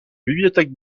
bibliothèques